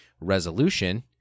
resolution